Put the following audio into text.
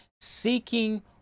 Seeking